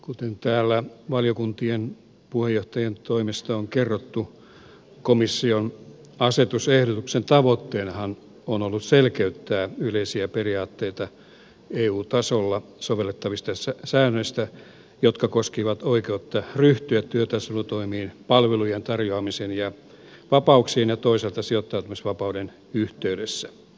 kuten täällä valiokuntien puheenjohtajien toimesta on kerrottu komission asetusehdotuksen tavoitteenahan on ollut selkeyttää yleisiä periaatteita eu tasolla sovellettavista säännöistä jotka koskevat oikeutta ryhtyä työtaistelutoimiin palvelujen tarjoamisen vapauksien ja toisaalta sijoittautumisvapauden yhteydessä